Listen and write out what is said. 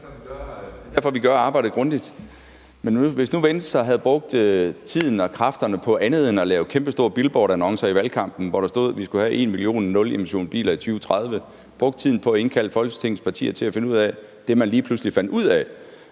derfor, vi gør arbejdet grundigt. Men hvis nu Venstre havde brugt tiden og kræfterne på andet end at lave kæmpestore billboardannoncer i valgkampen, hvor der stod, at vi skulle have 1 million nulemissionsbiler i 2030, brugte tiden på at indkalde Folketingets partier til at finde ud af det, man lige pludselig fandt ud af,